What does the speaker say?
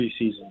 preseason